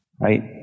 right